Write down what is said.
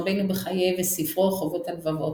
רבנו בחיי וספרו "חובת הלבבות",